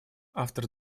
автор